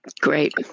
Great